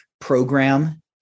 program